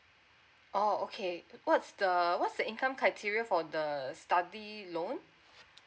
oh okay what's the what's the income criteria for the study loan